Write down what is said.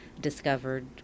discovered